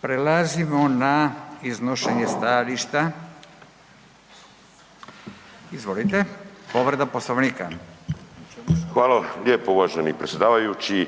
Prelazimo na iznošenje stajališta. Izvolite, povreda Poslovnika? **Bulj, Miro (MOST)** Hvala lijepo uvaženi predsjedavajući.